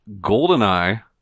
Goldeneye